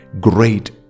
great